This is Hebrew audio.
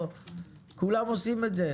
כולם עושים את זה.